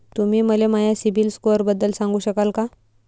तुम्ही मले माया सीबील स्कोअरबद्दल सांगू शकाल का?